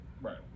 Right